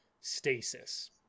stasis